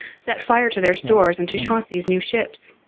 set fire to their stores and to chauncey's new ships.